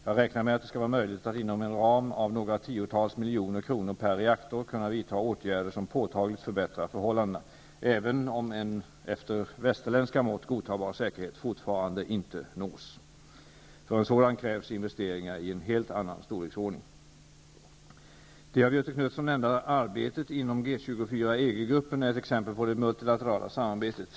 Jag räknar med att det skall vara möjligt att inom en ram av några tiotals miljoner kronor per reaktor kunna vidta åtgärder som påtagligt förbättrar förhållandena, även om en efter västerländska mått godtagbar säkerhet fortfarande inte nås. För en sådan krävs investeringar i en helt annan storleksordning. EG-gruppen är ett exempel på det multilaterala samarbetet.